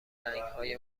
رنگهای